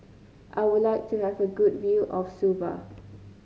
I would like to have a good view of Suva